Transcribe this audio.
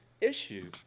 issue